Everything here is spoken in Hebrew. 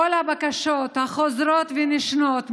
בכל הבקשות החוזרות ונשנות,